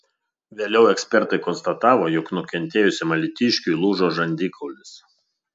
vėliau ekspertai konstatavo jog nukentėjusiam alytiškiui lūžo žandikaulis